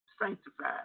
sanctified